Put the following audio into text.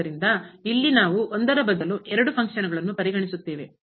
ಆದ್ದರಿಂದ ಇಲ್ಲಿ ನಾವು ಒಂದರ ಬದಲು ಎರಡು ಫಂಕ್ಷನ್ ಕಾರ್ಯಗಳನ್ನು ಪರಿಗಣಿಸುತ್ತೇವೆ